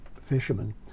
fishermen